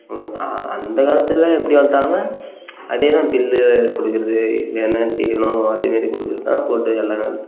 போடுவாங்க அந்தக் காலத்தில் எப்படி வளர்த்தாங்கன்னா அதே தான் புல்லு கொடுக்கறது இல்லைனா தீவனம் அதே மாரி கொடுக்குறது தான் போட்டு எல்லாம்